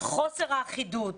חוסר אחידות,